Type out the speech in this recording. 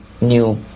new